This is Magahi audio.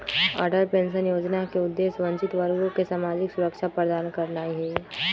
अटल पेंशन जोजना के उद्देश्य वंचित वर्गों के सामाजिक सुरक्षा प्रदान करनाइ हइ